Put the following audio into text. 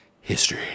history